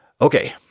Okay